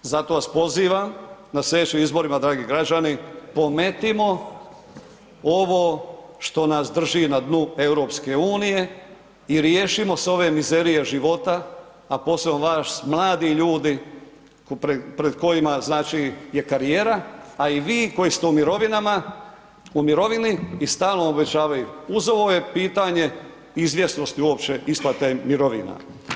Zato vas pozivam na sljedećim izborima, dragi građani, pometimo ovo što nas drži na dnu EU i riješimo se ove mizerije života, a posebno vas, mladi ljudi pred kojima je, znači karijera, a i vi koji ste u mirovinama, u mirovini i stalno obećavaju, uz ovo je pitanje izvjesnosti uopće isplate mirovina.